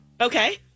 Okay